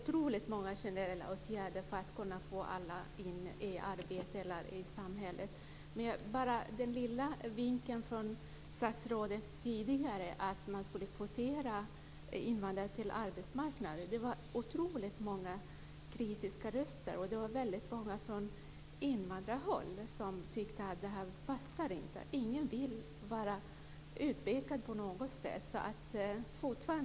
Fru talman! Jag håller med om att det behövs oerhört många generella åtgärder för att få in alla i samhället. Vi fick tidigare en liten vink från statsrådet att man ska kvotera invandrare till arbetsmarknaden. Det har höjts oerhört många kritiska röster mot detta från invandrarhåll. Man tycker inte om det. Ingen vill på något sätt vara utpekad.